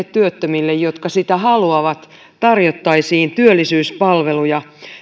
työttömille jotka sitä haluavat tarjottaisiin työllisyyspalveluja